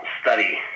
study